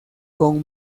con